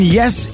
yes